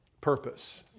purpose